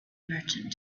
merchant